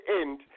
end